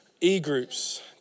E-groups